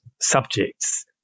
subjects